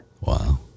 Wow